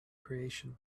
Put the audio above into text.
creation